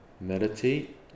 meditate